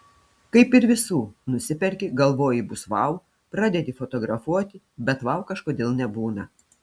kaip ir visų nusiperki galvoji bus vau pradedi fotografuoti bet vau kažkodėl nebūna